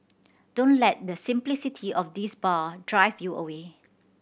don't let the simplicity of this bar drive you away